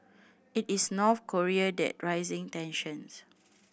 it is North Korea that raising tensions